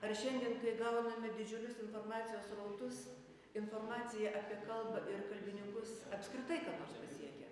ar šiandien kai gauname didžiulius informacijos srautus informacija apie kalbą ir kalbininkus apskritai ką nors pasiekia